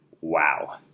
wow